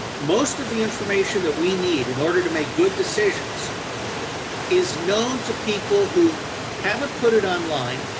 most of the information that we need in order to make good decisions is known to people who haven't put it on-line,